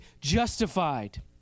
justified